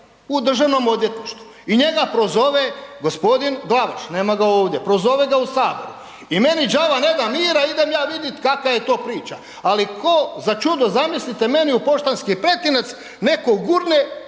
sada nalazi u DORH-u i njega prozove g. Glavaš, nema ga ovdje, prozove ga u Saboru. I meni đava ne da mira i idem ja vidit kakva je to priča, ali kao za čudo, zamislite, meni u poštanski pretinac netko gurne